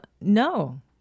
No